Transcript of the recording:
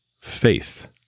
faith